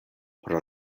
pro